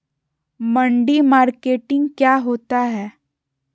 मंडी मार्केटिंग क्या होता है?